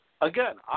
Again